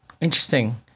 Interesting